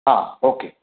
हा ओके